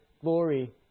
glory